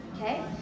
okay